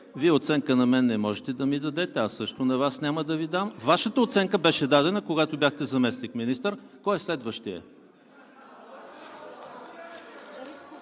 Вие оценка на мен не можете да ми дадете, аз също на Вас няма да Ви дам. Вашата оценка беше дадена, когато бяхте заместник-министър. (Смях и